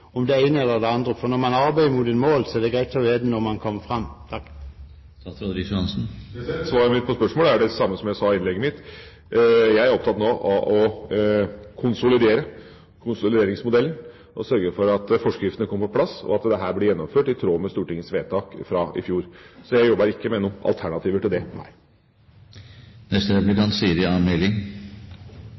om det er det ene eller det andre? Når man arbeider mot et mål, er det greit å vite når man kommer fram. Mitt svar på spørsmålet er det samme som jeg sa i innlegget mitt. Jeg er nå opptatt av å konsolidere konsolideringsmodellen og å sørge for at forskriftene kommer på plass – og at dette blir gjennomført i tråd med Stortingets vedtak fra i fjor. Jeg jobber ikke med noen alternativer til det.